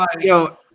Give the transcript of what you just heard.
Yo